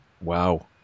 Wow